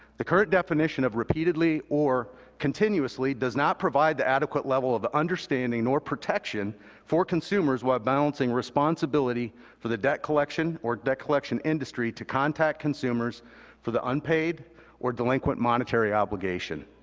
the current definition of repeatedly or continuously does not provide the adequate level of understanding nor protection for consumers while balancing responsibility for the debt collection or debt collection industry to contact consumers for the unpaid or delinquent monetary obligation.